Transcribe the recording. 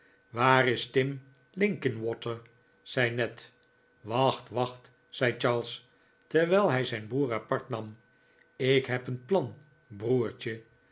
waar is tim linkinwater zei ned wacht wacht zei charles terwijl hij zijn broer apart nam ik heb een plan broertje